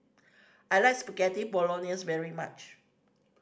I like Spaghetti Bolognese very much